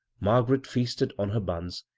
margaret feasted on her buns,